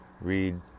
read